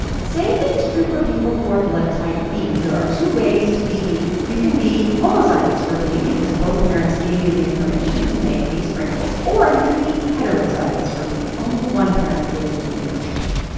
same thing is true for people who are blood type b. there are two ways to be b. you can be homozygous for b because both parents gave you the information to make b sprinkles or you can be heterozygous for b only one parent gave you the information.